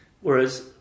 Whereas